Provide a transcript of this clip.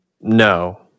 No